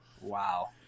Wow